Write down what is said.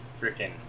freaking